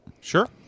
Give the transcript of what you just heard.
sure